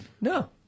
No